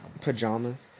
Pajamas